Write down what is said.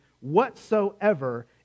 whatsoever